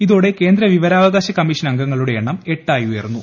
ഇതോടെ കേന്ദ്ര വിവരാവകാശ കമ്മീഷൻ അംഗങ്ങളുടെ എണ്ണം എട്ടായി ഉയർന്നു